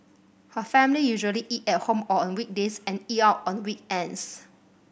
her family usually eat at home on weekdays and eat out on weekends